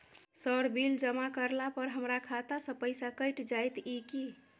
Sir bill जमा करला पर हमरा खाता सऽ पैसा कैट जाइत ई की?